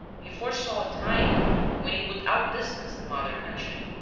he foresaw a time when it would outdistance the mother country.